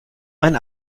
mein